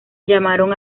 llamaron